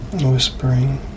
whispering